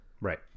Right